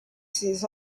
ces